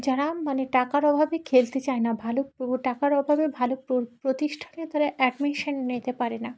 যারা মানে টাকার অভাবে খেলতে চায় না ভালো ও টাকার অভাবে ভালো প্র প্রতিষ্ঠানে তারা অ্যাডমিশন নিতে পারে না